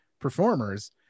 performers